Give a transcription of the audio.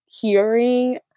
hearing